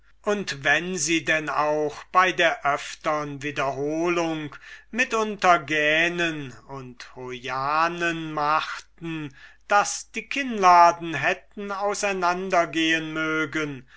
und wenn sie denn auch bei der öftern wiederholung mitunter gähnen und hojahnen machten daß die kinnladen hätten auseinander gehen mögen